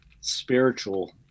spiritual